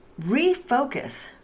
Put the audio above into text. refocus